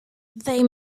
they